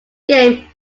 game